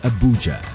Abuja